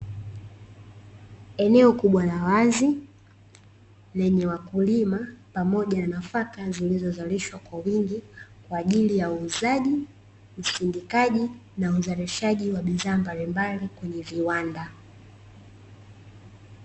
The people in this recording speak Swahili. Eneo kubwa la wazi lenye wakulima pamoja na nafaka zilizozalishwa kwa wingi kwa ajili ya uuzaji, usindikaji na uzalishaji wa bidhaa mbalimbali kwenye viwanda.